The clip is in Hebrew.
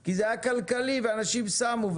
כי זה היה כלכלי ואנשים שמו,